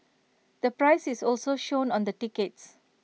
the price is also shown on the tickets